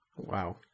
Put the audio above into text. Wow